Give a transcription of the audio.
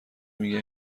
میگه